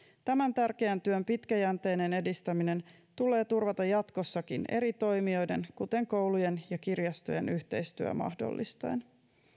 tämän tärkeän työn pitkäjänteinen edistäminen tulee turvata jatkossakin eri toimijoiden kuten koulujen ja kirjastojen yhteistyö mahdollistaen